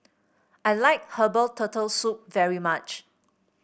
I like Herbal Turtle Soup very much